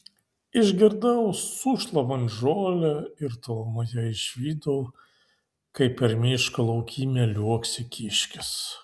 išgirdau sušlamant žolę ir tolumoje išvydau kaip per miško laukymę liuoksi kiškis